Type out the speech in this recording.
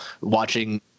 watching